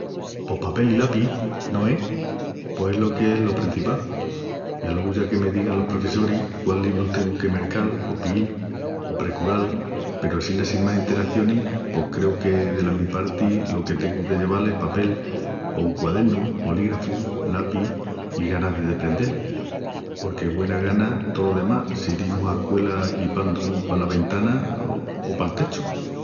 Pos papel i lapi, no es? Pos es qu'es lo prencipal i alogu ya que me digan los profissoris quál librus tengu que mercal o piíl o precural peru assina sin más enteracionis pos creu que dela mi parti lo que tengu de lleval es papel o un quadernu, bolígrafus lapis i ganas de deprendel, porque güena gana tolo demás si dimus a escuela guipandu pala ventana o pal techu.